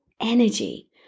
energy